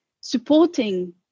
supporting